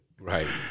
Right